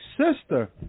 Sister